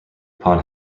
upon